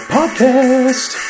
Podcast